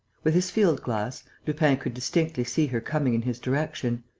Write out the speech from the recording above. with his field-glass, lupin could distinctly see her coming in his direction.